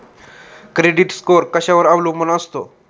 Credit score कशावर अवलंबून असतो?